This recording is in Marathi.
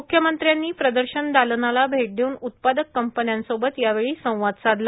मुख्यमंत्र्यांनी प्रदर्शन दालनाला भैट देऊन उत्पादक कंपन्यांसोबत यावेळी संवाद साधला